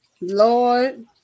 Lord